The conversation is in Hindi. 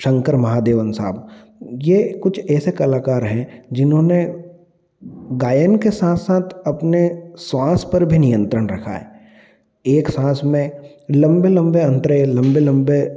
शंकर महादेवन साहब ये कुछ ऐसे कलाकार हैं जिन्होंने गायन के साथ साथ अपने श्वास पर भी नियंत्रण रखा है एक साँस में लंबे लंबे अंतरे लंबे लंबे